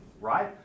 Right